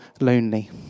lonely